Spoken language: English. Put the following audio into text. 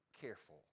careful